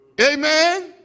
Amen